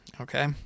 okay